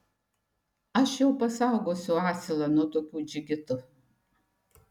aš jau pasaugosiu asilą nuo tokių džigitų